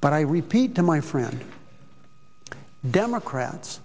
but i repeat to my friend democrats